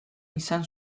izan